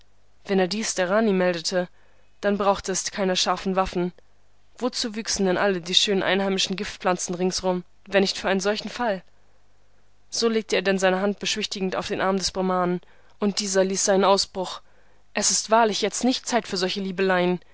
wenn er dies der rani meldete dann brauchte es keiner scharfen waffen wozu wüchsen denn alle die schönen einheimischen giftpflanzen ringsum wenn nicht für einen solchen fall so legte er denn seine hand beschwichtigend auf den arm des brahmanen und dieser ließ seinen ausbruch es ist wahrlich jetzt nicht zeit für solche liebeleien